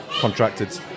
contracted